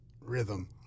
Rhythm